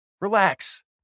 Relax